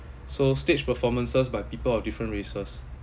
so stage performances by people of different races